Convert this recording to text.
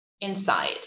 inside